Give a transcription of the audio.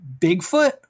Bigfoot